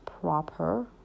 proper